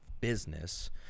business